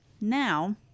Now